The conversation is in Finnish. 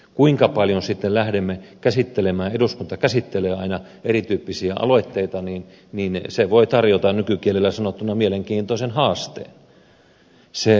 kuinka paljon sitten lähdemme käsittelemään eduskunta käsittelee aina erityyppisiä aloitteita se voi tarjota nykykielellä sanottuna mielenkiintoisen haasteen